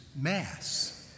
Mass